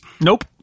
Nope